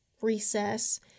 recess